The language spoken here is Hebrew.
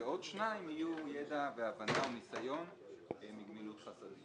ועוד שניים יהיו עם ידע והבנה או ניסיון בגמילות חסדים".